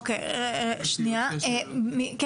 זה